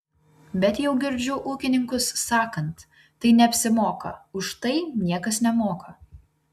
bet jau girdžiu ūkininkus sakant tai neapsimoka už tai niekas nemoka